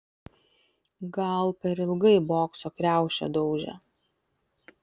gal per ilgai bokso kriaušę daužė